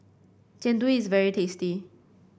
Jian Dui is very tasty